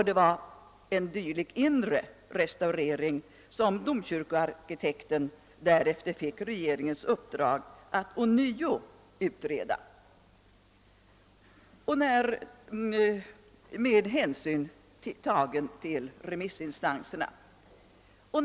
Det var en dylik inre restaure ring som domkyrkoarkitekten därefter fick regeringens uppdrag att ånyo utreda med hänsyn tagen till remissinstansernas yttranden.